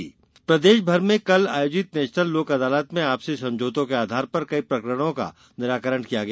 लोकअदालत प्रदेश भर में कल आयोजित नेशनल लोक अदालत में आपसी समझौतों के आधार पर कई प्रकरणों का निराकरण किया गया